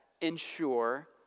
ensure